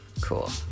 Cool